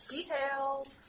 Details